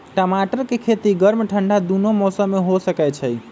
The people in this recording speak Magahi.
टमाटर के खेती गर्म ठंडा दूनो मौसम में हो सकै छइ